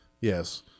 Yes